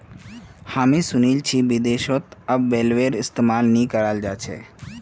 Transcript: हामी सुनील छि विदेशत अब बेलरेर इस्तमाल नइ कराल जा छेक